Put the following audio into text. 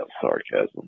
sarcasm